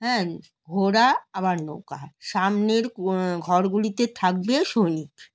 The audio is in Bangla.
হ্যাঁ ঘোড়া আবার নৌকা সামনের ঘরগুলিতে থাকবে সৈনিক